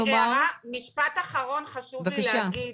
אני רק רוצה לומר משפט אחרון שחשוב לי מאוד להגיד.